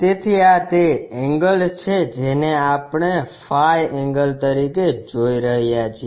તેથી આ તે એંગલ છે જેને આપણે ફાઇ એંગલ તરીકે જોઈ રહ્યા છીએ